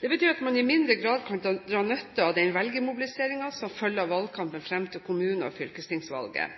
Det betyr at man i mindre grad kan dra nytte av den velgermobilisering som følger av valgkampen frem til kommune- og fylkestingsvalget.